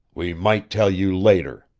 we might tell you later.